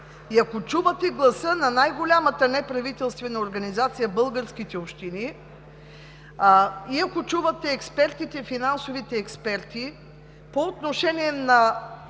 и ако чувате гласа на най голямата неправителствена организация – Българските общини, и ако чувате финансовите експерти по отношение на